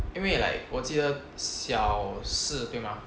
因为 like 我记得小四对吗